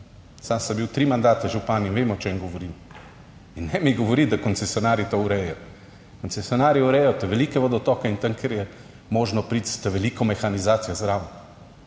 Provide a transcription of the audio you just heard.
sam sem bil tri mandate župan in vem o čem govorim. In ne mi govoriti, da koncesionarji to urejajo. Koncesionarji urejajo ta velike vodotoke in tam kjer je možno priti s veliko mehanizacijo zraven.